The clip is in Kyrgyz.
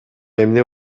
эмне